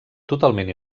totalment